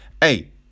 Hey